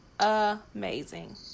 Amazing